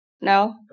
No